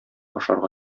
ашарга